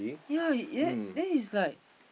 ya he then he's like